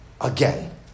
again